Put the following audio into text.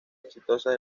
exitosas